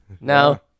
No